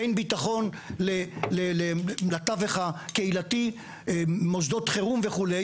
בין ביטחון לתווך הקהילתי, מוסדות חירום וכו'.